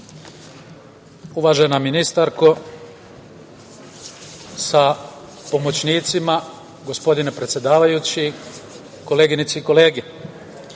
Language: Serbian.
Uvažena ministarko sa pomoćnicima, gospodine predsedavajući, koleginice i kolege,